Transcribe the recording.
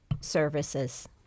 services